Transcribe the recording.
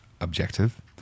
objective